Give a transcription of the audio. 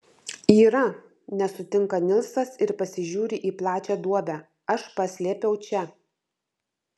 yra nesutinka nilsas ir pasižiūri į plačią duobę aš paslėpiau čia